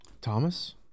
thomas